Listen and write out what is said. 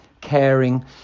caring